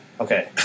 Okay